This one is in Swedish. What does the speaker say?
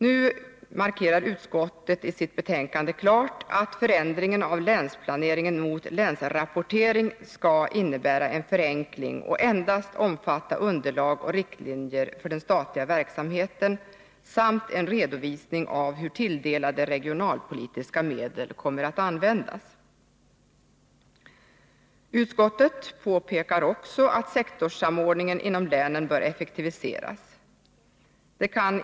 Nu markerar utskottet i sitt betänkande klart, att förändringen av planeringen länsrapportering skall innebära en förenkling och endast omfatta underlag och riktlinjer för den statliga verksamheten samt en redovisning av hur tilldelade regionalpolitiska medel kommer att användas. Utskottet framhåller också att sektorssamordningen inom länen bör effektiviseras.